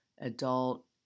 adult